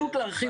צריך להרחיב